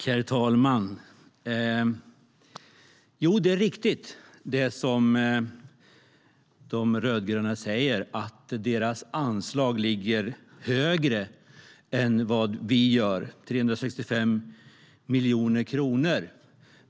Herr talman! Jo, det är riktigt, som de rödgröna säger, att deras anslag ligger högre än vad våra gör, 365 miljoner kronor.